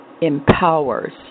empowers